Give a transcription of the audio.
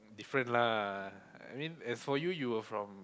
different lah I mean as for you you were from